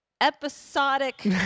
episodic